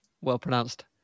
Well-pronounced